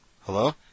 Hello